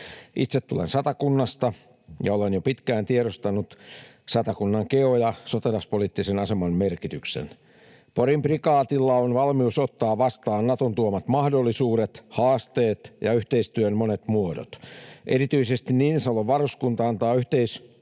Itse tulen Satakunnasta, ja olen jo pitkään tiedostanut Satakunnan geo- ja sotilaspoliittisen aseman merkityksen. Porin prikaatilla on valmius ottaa vastaan Naton tuomat mahdollisuudet, haasteet ja yhteistyön monet muodot. Erityisesti Niinisalon varuskunta antaa yhteistyölle